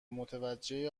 متوجه